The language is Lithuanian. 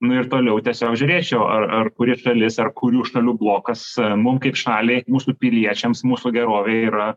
nu ir toliau tiesiog žiūrėčiau ar ar kuri šalis ar kurių šalių blokas mum kaip šaliai mūsų piliečiams mūsų gerovei yra